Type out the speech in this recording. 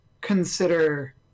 consider